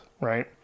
Right